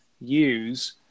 use